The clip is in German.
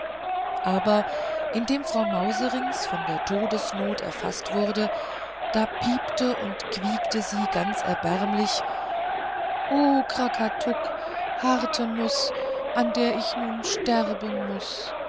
aber indem frau mauserinks von der todesnot erfaßt wurde da piepte und quiekte sie ganz erbärmlich o krakatuk harte nuß an der ich nun sterben muß